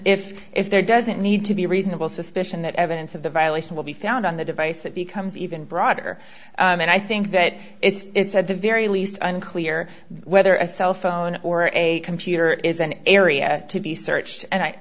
if if there doesn't need to be a reasonable suspicion that evidence of the violation will be found on the device it becomes even broader and i think that it's at the very least unclear whether a cell phone or a computer is an area to be searched and i